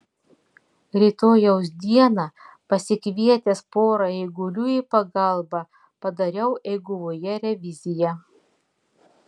rytojaus dieną pasikvietęs pora eigulių į pagalbą padariau eiguvoje reviziją